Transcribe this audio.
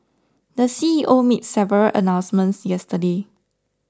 the C E O made several announcements yesterday